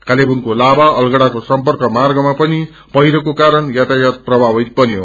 कालेबुङकको लाभा अलगढ़ाको समर्पक मार्गमा पनि पहिरोको कारण यातायात प्रभावित बस्ने